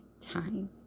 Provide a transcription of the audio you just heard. Time